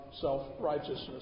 self-righteousness